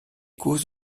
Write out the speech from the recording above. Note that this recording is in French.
causes